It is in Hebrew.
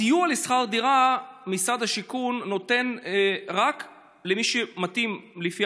סיוע בשכר דירה משרד השיכון נותן רק למי שמתאים לפי